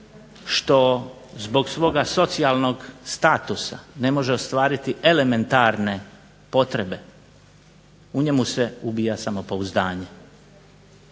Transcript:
što zbog svoga socijalnog statusa ne može ostvariti elementarne potrebe, u njemu se ubija samopouzdanje